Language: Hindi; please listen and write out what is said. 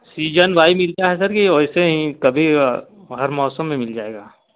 सीजन वाईज़ मिलता है सर कि वैसे ही कभी हर मौसम में मिल जाएगा